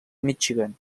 michigan